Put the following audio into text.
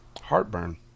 heartburn